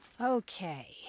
Okay